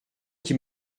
qui